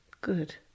Good